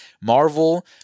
Marvel